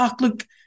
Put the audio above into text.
Look